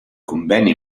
conveni